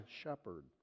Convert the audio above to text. shepherd